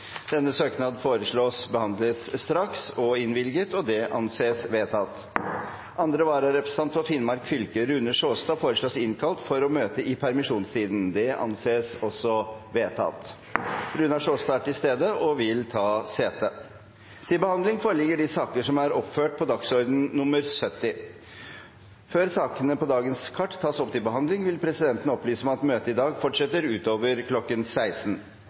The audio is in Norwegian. Denne søknaden foreslås behandlet straks og innvilget. – Det anses vedtatt. Fra første vararepresentant for Finnmark fylke, Ingalill Olsen , foreligger søknad om fritak for å møte i Stortinget under representanten Kåre Simensens permisjon, av velferdsgrunner. Etter forslag fra presidenten ble enstemmig besluttet: Søknaden behandles straks og innvilges. Andre vararepresentant for Finnmark fylke, Runar Sjåstad , innkalles for å møte i permisjonstiden. Runar Sjåstad er til stede og vil ta sete. Før sakene på dagens kart tas opp til behandling, vil